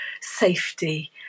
safety